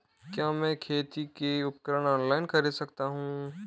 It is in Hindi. क्या मैं खेती के उपकरण ऑनलाइन खरीद सकता हूँ?